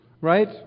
right